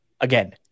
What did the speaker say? Again